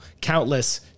countless